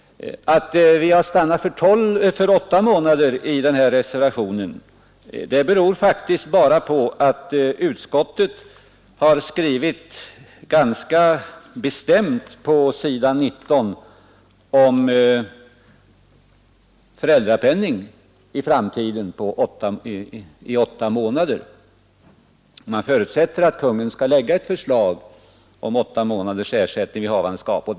Att vi har stannat för åtta månader i reservationen beror faktiskt bara på att utskottet på s. 19 i sitt betänkande ganska bestämt har skrivit om föräldrapenning under åtta månader i framtiden. Man förutsätter att Kungl. Maj:t skall framlägga ett förslag om åtta månaders ersättning i samband med havandeskap.